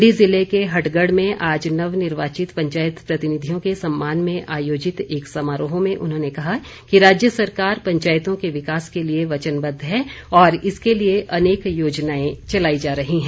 मंडी ज़िले के हटगढ़ में आज नवनिर्वाचित पंचायत प्रतिनिधियों के सम्मान में आयोजित एक समारोह में उन्होंने कहा कि राज्य सरकार पंचायतों के विकास के लिए वचनबद्ध है और इसके लिए अनेक योजनाएं चलाई जा रही हैं